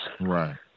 Right